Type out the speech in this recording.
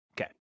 Okay